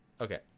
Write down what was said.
Okay